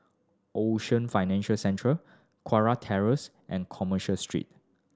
Ocean Financial Centre Kurau Terrace and Commerce Street